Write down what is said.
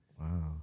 Wow